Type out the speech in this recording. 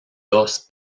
dos